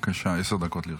בבקשה, עשר דקות לרשותך.